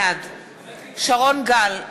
בעד שרון גל,